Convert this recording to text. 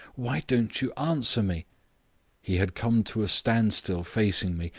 why don't you answer me he had come to a standstill facing me,